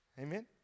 Amen